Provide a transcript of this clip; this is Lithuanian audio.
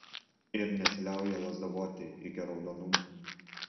ir nesiliauja lazdavoti iki raudonumo